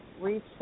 reset